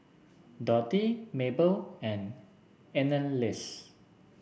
Dorthy Mable and Anneliese